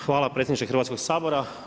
Hvala predsjedniče Hrvatskog sabora.